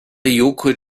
joghurt